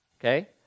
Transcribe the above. Okay